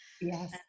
yes